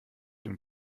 dem